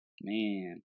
Man